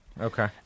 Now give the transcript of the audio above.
Okay